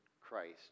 Christ